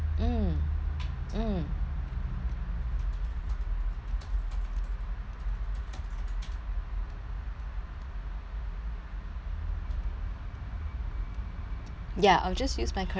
mm ya I'll just use my credit card that that's fine